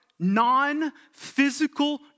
Non-physical